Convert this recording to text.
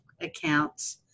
accounts